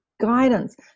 guidance